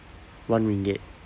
one ringgit